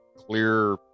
Clear